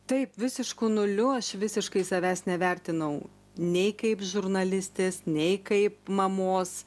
ta visišku nuliu aš visiškai savęs nevertinau nei kaip žurnalistės nei kaip mamos